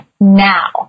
now